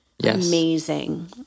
amazing